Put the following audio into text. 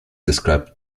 described